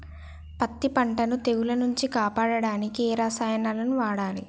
పత్తి పంటని తెగుల నుంచి కాపాడడానికి ఏ రసాయనాలను వాడాలి?